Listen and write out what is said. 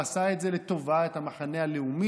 הוא עשה את זה לטובת המחנה הלאומי,